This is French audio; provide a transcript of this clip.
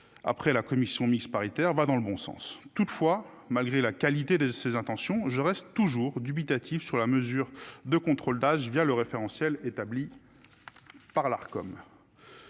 Après la commission mixte paritaire va dans le bon sens. Toutefois malgré la qualité de ses intentions, je reste toujours dubitatif sur la mesure de contrôle d'âge via le référentiel établi. Par l'Arcom.